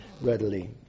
readily